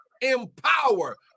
empower